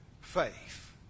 faith